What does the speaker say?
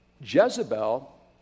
Jezebel